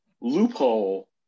loophole